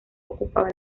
ocupaba